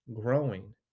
growing